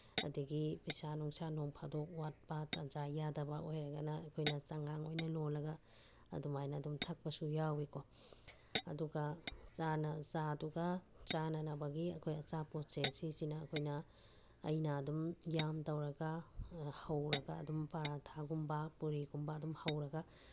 ꯑꯗꯨꯗꯒꯤ ꯄꯩꯁꯥ ꯅꯨꯡꯁꯥ ꯅꯣꯡ ꯐꯥꯗꯣꯛ ꯋꯥꯠꯄ ꯇꯟꯖꯥ ꯌꯥꯗꯕ ꯑꯣꯏꯔꯒꯅ ꯑꯩꯈꯣꯏꯅ ꯆꯉꯥꯡ ꯑꯣꯏꯅ ꯂꯣꯜꯂꯒ ꯑꯗꯨꯃꯥꯏꯅ ꯑꯗꯨꯝ ꯊꯛꯄꯁꯨ ꯌꯥꯎꯏꯀꯣ ꯑꯗꯨꯒ ꯆꯥꯗꯨꯒ ꯆꯥꯅꯅꯕꯒꯤ ꯑꯩꯈꯣꯏ ꯑꯆꯥꯄꯣꯠꯁꯦ ꯁꯤꯁꯤꯅ ꯑꯩꯈꯣꯏꯅ ꯑꯩꯅ ꯑꯗꯨꯝ ꯌꯥꯝ ꯇꯧꯔꯒ ꯍꯧꯔꯒ ꯑꯗꯨꯝ ꯄꯔꯥꯊꯥꯒꯨꯝꯕ ꯄꯨꯔꯤꯒꯨꯝꯕ ꯑꯗꯨꯝ ꯍꯧꯔꯒ